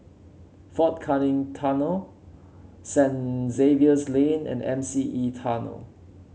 Fort Canning Tunnel Saint Xavier's Lane and M C E Tunnel